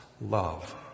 love